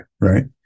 right